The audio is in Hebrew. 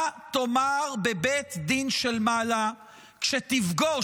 מה תאמר בבית דין של מעלה כשתפגוש,